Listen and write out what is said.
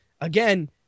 again